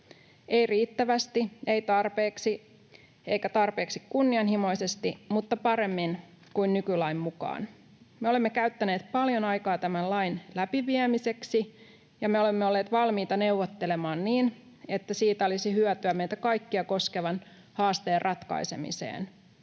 ei riittävästi, ei tarpeeksi eikä tarpeeksi kunnianhimoisesti, mutta paremmin kuin nykylain mukaan. Me olemme käyttäneet paljon aikaa tämän lain läpiviemiseksi, ja me olemme olleet valmiita neuvottelemaan niin, että siitä olisi hyötyä meitä kaikkia koskevan haasteen ratkaisemiseen: